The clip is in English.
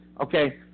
okay